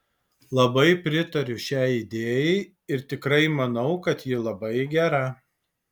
labai pritariu šiai idėjai ir tikrai manau kad ji labai gera